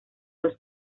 los